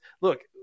look